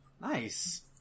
Nice